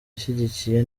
ishyigikiye